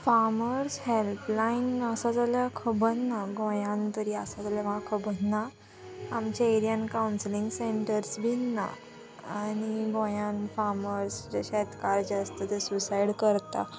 farmers helpline आसा जाल्यार खबर ना गोंयान तरी आसा जाल्यार म्हाका खबर ना आमच्या एरियान कावन्सिलींग सेंटर्स बीन ना आनी गोंयान फार्मर्स जे शेतकार जे आसता ते सुसायड करता